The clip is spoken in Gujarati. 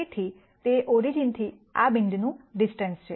તેથી તે ઓરિજીનથી આ બિંદુનું ડિસ્ટન્સ છે